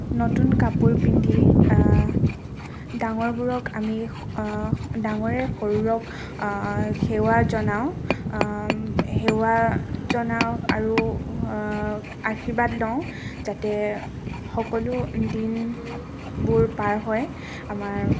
নতুন কাপোৰ পিন্ধি ডাঙৰবোৰক আমি ডাঙৰে সৰুক সেৱা জনাওঁ সেৱা জনাওঁ আৰু আশীৰ্বাদ লওঁ যাতে সকলো দিনবোৰ পাৰ হয় আমাৰ